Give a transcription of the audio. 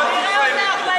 נראה אותך ב-27 בחודש.